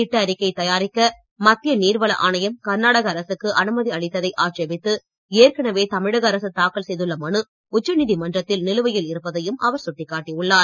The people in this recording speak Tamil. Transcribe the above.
திட்ட அறிக்கை தயாரிக்க மத்திய நீர்வள ஆணையம் கர்நாடக அரசுக்கு அனுமதி அளித்தை ஆட்சேபித்து ஏற்கனவே தமிழக அரசு தாக்கல் செய்துள்ள மனு உச்ச நீதிமன்றத்தில் நிலுவையில் இருப்பதையும் அவர் சுட்டிக் காட்டியுள்ளார்